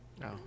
No